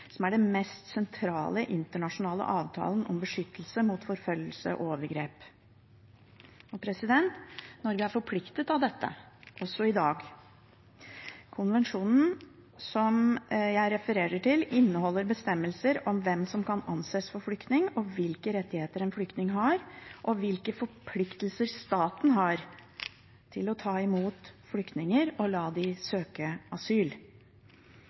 som er den mest sentrale internasjonale avtalen om beskyttelse mot forfølgelse og overgrep. Norge er forpliktet av dette, også i dag. Konvensjonen som jeg refererer til, inneholder bestemmelser om hvem som kan anses som flyktning, hvilke rettigheter en flyktning har, og hvilke forpliktelser staten har til å ta imot flyktninger og la dem søke asyl.